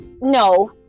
No